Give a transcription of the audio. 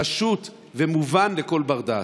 פשוט ומובן לכל בר-דעת.